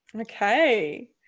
Okay